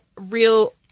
real